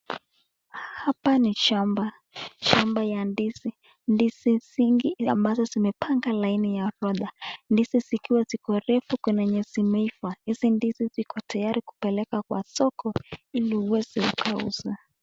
Hapa ni shamba, shamba ya ndizi ndizi nyingi ambazo zimepanga laini ya orodha, ndizi zikiwa ziko refu kuna yenye imeiva, hizi ndizi ziko tayari kupelekwa kwa soko ili iwezi ikauzwa.